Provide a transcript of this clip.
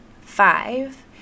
five